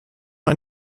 ein